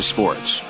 Sports